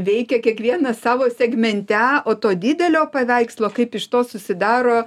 veikia kiekviena savo segmente o to didelio paveikslo kaip iš to susidaro